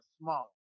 small